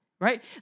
right